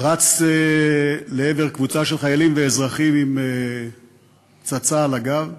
רץ לעבר קבוצה של חיילים ואזרחים עם פצצה על הגב,